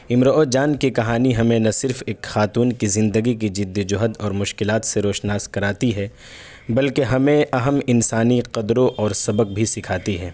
امراؤ جان کی کہانی ہمیں نہ صرف ایک خاتون کی زندگی کی جدوجہد اور مشکلات سے روشناس کراتی ہے بلکہ ہمیں اہم انسانی قدروں اور سبق بھی سکھاتی ہے